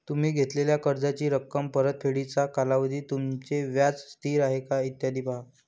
तुम्ही घेतलेल्या कर्जाची रक्कम, परतफेडीचा कालावधी, तुमचे व्याज स्थिर आहे का, इत्यादी पहा